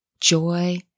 joy